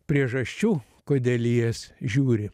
priežasčių kodėl į jas žiūri